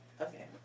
Okay